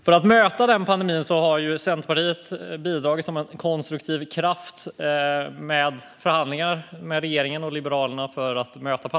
För att möta pandemin har Centerpartiet bidragit som en konstruktiv kraft i förhandlingar med regeringen och Liberalerna.